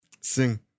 Sing